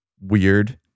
weird